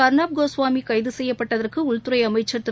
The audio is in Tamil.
அர்ளாப் கோஸ்வாமி கைது செய்யப்பட்டதற்கு உள்துறை அமைச்சர் திரு